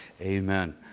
Amen